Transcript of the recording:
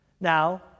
Now